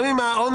גם אם העונש